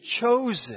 chosen